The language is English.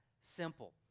simple